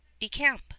decamp